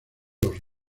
los